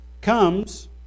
comes